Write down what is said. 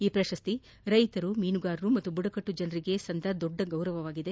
ಈ ಪ್ರಶಸ್ತಿ ರೈತರು ಮೀನುಗಾರು ಹಾಗೂ ಬುಡಕಟ್ನು ಜನರಿಗೆ ಸಂದ ದೊಡ್ಡ ಗೌರವವಾಗಿದೆ